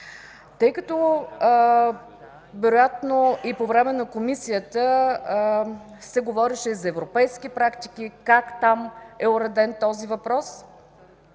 Тъй като и по време на Комисията се говореше за европейски практики – как там е уреден този въпрос,